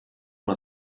una